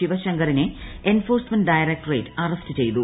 ശിവശങ്കറിനെ enforcement directorate arrest ചെയ്തു